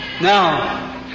Now